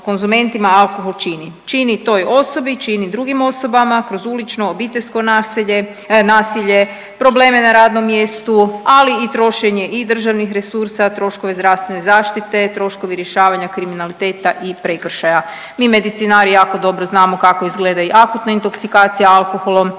konzumentima alkohol čini? Čini toj osobi, čini drugim osobama kroz ulično, obiteljsko naselje, nasilje, probleme na radnom mjestu, ali i trošenje i državnih resursa, troškove zdravstvene zaštite, troškovi rješavanja kriminaliteta i prekršaja. Mi medicinari jako dobro znamo kako izgleda i akutna intoksikacija alkoholom